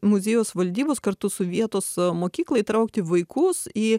muziejaus valdybos kartu su vietos mokykla įtraukti vaikus į